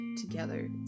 together